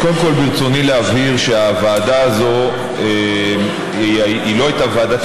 אז קודם כול ברצוני להבהיר שהוועדה הזאת לא הייתה ועדת